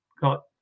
got